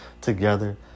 together